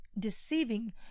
deceiving